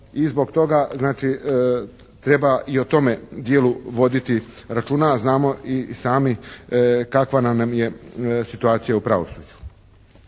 i zbog toga znači treba i o tome dijelu voditi računa, a znamo i sami kakva nam je situacija u pravosuđu.